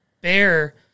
bear